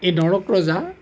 এই নৰক ৰজা